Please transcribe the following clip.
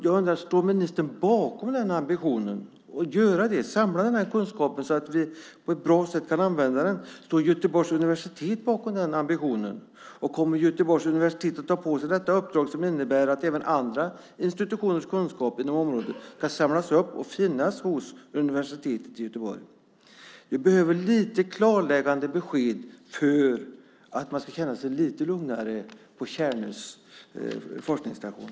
Står ministern bakom ambitionen att samla kunskapen så att vi kan använda den på ett bra sätt? Står Göteborgs universitet bakom den ambitionen? Kommer Göteborgs universitet att ta på sig detta uppdrag som innebär att även andra institutioners kunskap inom området ska samlas upp och finnas på universitetet i Göteborg? Vi behöver lite klarläggande besked för att man ska känna sig lite lugnare på Tjärnös forskningsstation.